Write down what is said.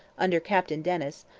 under captain dennis,